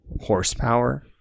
horsepower